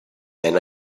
and